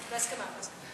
בהסכמה, בהסכמה.